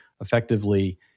Effectively